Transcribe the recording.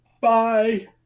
Bye